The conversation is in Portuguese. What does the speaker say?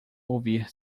ouvir